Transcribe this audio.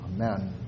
Amen